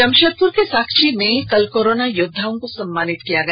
जमशेदपुर के साकची में कल कोरोना योद्वाओं को सम्मानित किया गया